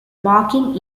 marking